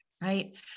Right